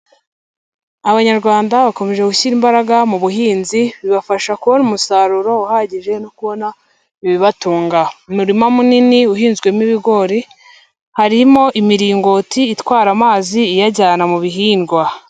Abanyarwanda bakomeje gushyira imbaraga mu buhinzi, bibafasha kubona umusaruro uhagije no kubona ibibatunga. Umurima munini uhinzwemo ibigori, harimo imiringoti itwara amazi iyajyana mu bihingwa.